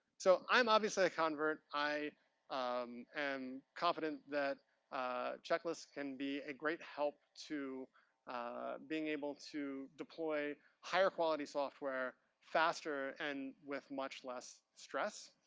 so, i'm obviously a convert. i am confident that checklists can be a great help to being able to deploy higher quality software faster and with much less stress.